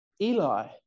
Eli